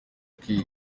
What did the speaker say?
kwiga